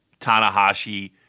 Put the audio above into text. Tanahashi